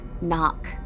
knock